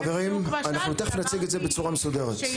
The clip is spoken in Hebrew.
חברים, אנחנו תכף נציג את זה בצורה מסודרת.